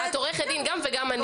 עורכת דין וגם אני.